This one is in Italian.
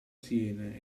siena